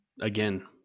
again